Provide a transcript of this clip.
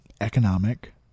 economic